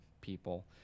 people